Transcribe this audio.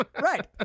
Right